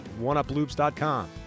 oneuploops.com